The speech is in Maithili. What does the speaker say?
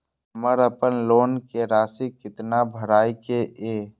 हमर अपन लोन के राशि कितना भराई के ये?